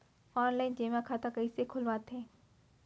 Online जेमा खाता कइसे खोलवाथे?